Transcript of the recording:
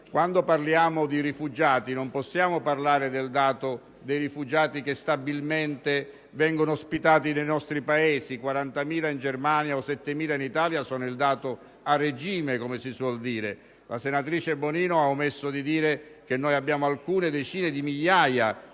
Quando parliamo di rifugiati non possiamo parlare del dato dei rifugiati che stabilmente vengono ospitati nei nostri Paesi: 40.000 in Germania e 7.000 in Italia rappresentano il dato a regime. La senatrice Bonino ha omesso di dire che abbiamo alcune decine di migliaia